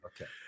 Okay